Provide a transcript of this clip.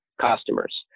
customers